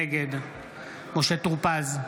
נגד משה טור פז,